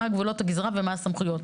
מה גבולות הגזרה ומה הסמכויות.